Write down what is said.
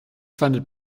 funded